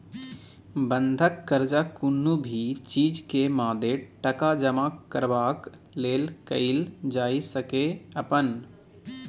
बंधक कर्जा कुनु भी चीज के मादे टका जमा करबाक लेल कईल जाइ सकेए अपन